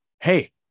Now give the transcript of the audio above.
hey